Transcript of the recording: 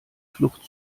flucht